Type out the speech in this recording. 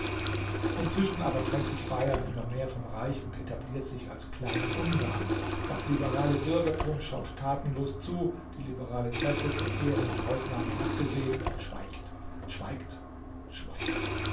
inzwischen aber trennt sich bayern immer mehr vom reich und etabliert sich als klein-ungarn das liberale bürgertum schaut tatenlos zu die liberale presse von ehrenden ausnahmen abgesehen schweigt schweigt schweigt